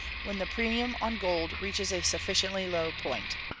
when the premium on gold reaches a sufficiently low point.